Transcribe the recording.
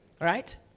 right